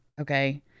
okay